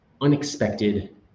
unexpected